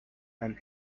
and